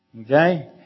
Okay